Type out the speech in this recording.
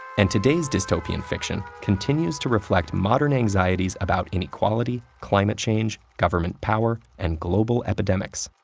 and today's dystopian fiction continues to reflect modern anxieties about inequality, climate change, government power, and global epidemics.